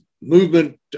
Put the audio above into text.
movement